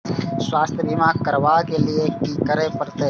स्वास्थ्य बीमा करबाब के लीये की करै परतै?